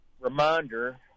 reminder